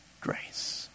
grace